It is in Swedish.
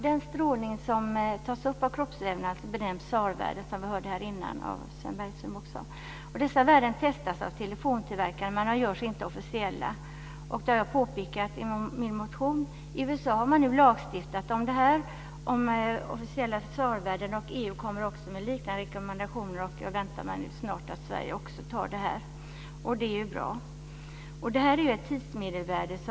Den strålning som tas upp av kroppsvävnaden benämns SAR-värde, som vi hörde här innan av Sven Bergström. Dessa värden testas av telefontillverkarna men de görs inte officiella, och det har jag påpekat i min motion. I USA har man lagstiftat om att SAR-värdena måste redovisas. EU kommer också med en liknande rekommendation. Jag förväntar mig att också Sverige antar den snart, och det är bra. SAR-värdet är ett tidsmedelvärde.